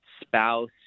spouse